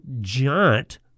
Giant